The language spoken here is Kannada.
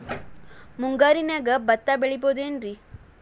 ಮುಂಗಾರಿನ್ಯಾಗ ಭತ್ತ ಬೆಳಿಬೊದೇನ್ರೇ?